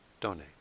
donate